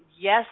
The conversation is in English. Yes